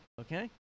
Okay